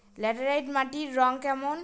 Laterite মাটির রং কেমন?